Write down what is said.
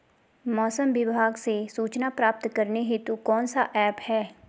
मौसम विभाग से सूचना प्राप्त करने हेतु कौन सा ऐप है?